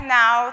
now